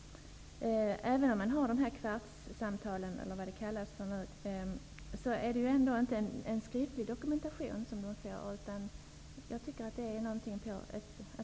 Även om man har kvartssamtal är detta inte någon skriftlig dokumentation som man får.